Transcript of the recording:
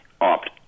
opt